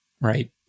right